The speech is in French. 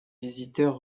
visiteurs